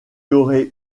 aurait